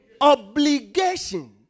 obligation